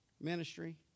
ministry